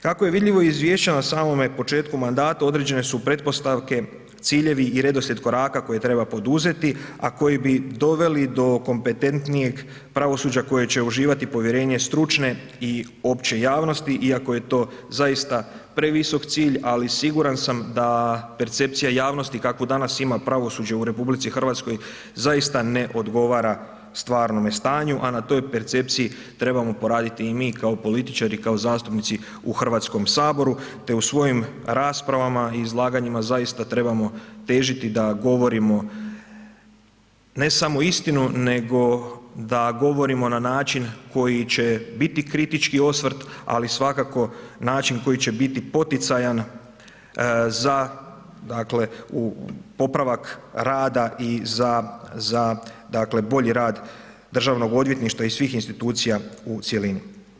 Kako je vidljivo iz Izvješća na samome početku mandata, određene su pretpostavke, ciljevi i redoslijed koraka koje treba poduzeti, a koji bi doveli do kompetentnijeg pravosuđa koje će uživati povjerenje stručne i opće javnosti, iako je to zaista previsok cilj, ali siguran sam da percepcija javnosti kakvu danas ima pravosuđe u Republici Hrvatskoj zaista ne odgovara stvarnome stanju, a na toj percepciji trebamo poraditi i mi, kao političari, kao zastupnici u Hrvatskom saboru, te u svojim raspravama i izlaganjima zaista trebamo težiti da govorimo, ne samo istinu, nego da govorimo na način koji će biti kritički osvrt, ali svakako način koji će biti poticajan za, dakle, u popravak rada i za, za dakle, bolji rad državnog odvjetništva i svih institucija u cjelini.